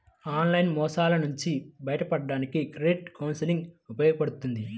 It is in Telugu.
ఆన్లైన్ మోసాల నుంచి బయటపడడానికి క్రెడిట్ కౌన్సిలింగ్ ఉపయోగపడుద్ది